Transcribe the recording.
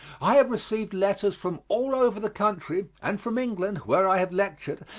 i have received letters from all over the country and from england, where i have lectured,